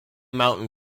mountain